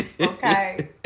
Okay